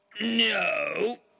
No